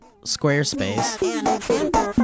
Squarespace